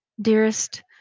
dearest